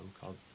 called